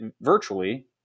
virtually